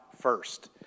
first